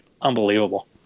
unbelievable